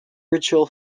ritual